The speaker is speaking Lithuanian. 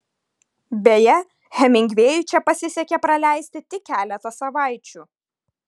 beje hemingvėjui čia pasisekė praleisti tik keletą savaičių